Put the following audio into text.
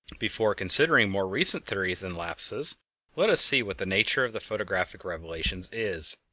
before considering more recent theories than laplace's, let us see what the nature of the photographic revelations is.